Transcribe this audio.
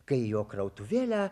kai į jo krautuvėlę